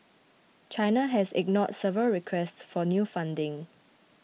China has ignored several requests for new funding